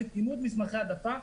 אימות מסמכי העדפה,